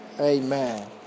Amen